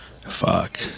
Fuck